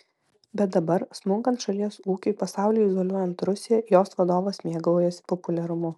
bet dabar smunkant šalies ūkiui pasauliui izoliuojant rusiją jos vadovas mėgaujasi populiarumu